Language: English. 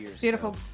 Beautiful